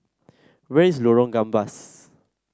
where is Lorong Gambas